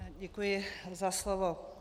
Děkuji za slovo.